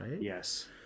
Yes